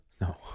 No